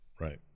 Right